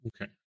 Okay